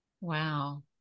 Wow